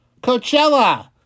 Coachella